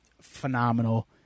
phenomenal